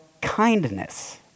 kindness